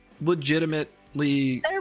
legitimately